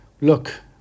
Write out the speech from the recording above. Look